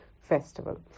festival